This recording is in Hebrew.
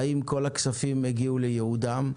האם כל הכספים הגיעו לייעודם,